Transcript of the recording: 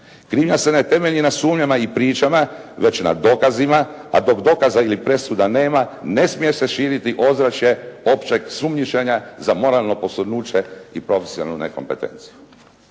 Krivnja se ne temelji na sumnjama i pričama, već na dokazima, a dok dokaza i presuda nema ne smije se širiti ozračje općeg sumnjičenja za moralno posrnuće i profesionalnu nekompetenciju.